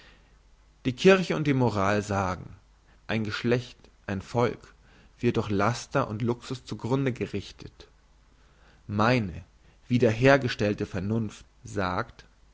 die kirche und die moral sagen ein geschlecht ein volk wird durch laster und luxus zu grunde gerichtet meine wiederhergestellte vernunft sagt